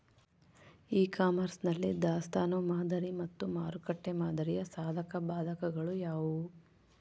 E commerce ನಲ್ಲಿ ದಾಸ್ತನು ಮಾದರಿ ಮತ್ತು ಮಾರುಕಟ್ಟೆ ಮಾದರಿಯ ಸಾಧಕಬಾಧಕಗಳು ಯಾವುವು?